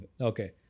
Okay